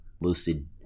boosted